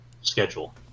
schedule